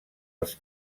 els